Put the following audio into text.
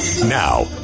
Now